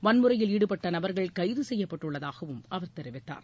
வன்முறையில் ஈடுபட்ட நபர்கள் கைது செய்யப்பட்டுள்ளதாகவும் அவர் தெரிவித்தார்